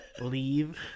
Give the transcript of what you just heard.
leave